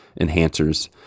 enhancers